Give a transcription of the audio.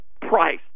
price